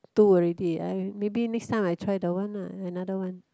two already I maybe next time I try the one lah another one